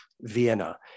Vienna